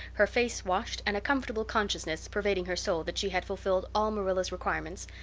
her face washed, and a comfortable consciousness pervading her soul that she had fulfilled all marilla's requirements.